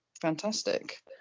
fantastic